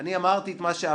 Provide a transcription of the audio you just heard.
אני אמרתי את מה שאמרתי.